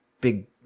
big